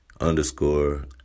underscore